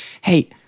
hey